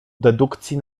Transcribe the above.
dedukcji